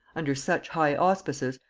under such high auspices,